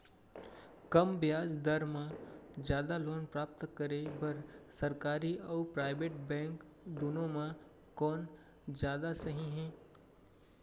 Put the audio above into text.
कम ब्याज दर मा जादा लोन प्राप्त करे बर, सरकारी अऊ प्राइवेट बैंक दुनो मा कोन जादा सही हे?